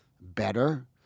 better